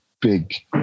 big